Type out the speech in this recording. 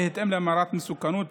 בהתאם לרמת המסוכנות,